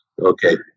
Okay